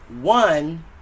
One